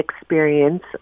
experience